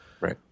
Right